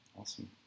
Awesome